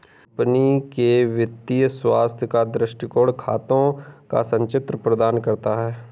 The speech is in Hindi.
कंपनी के वित्तीय स्वास्थ्य का दृष्टिकोण खातों का संचित्र प्रदान करता है